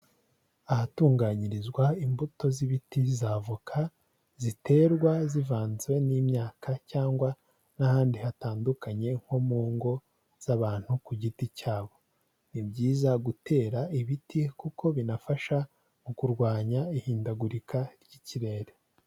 Ahatunganyirizwa imbuto z'ibiti za avoka, ziterwa zivanze n'imyaka cyangwa n'ahandi hatandukanye nko mu ngo z'abantu ku giti cyabo, ni byiza gutera ibiti kuko binafasha mu kurwanya ihindagurika ry'ikirere.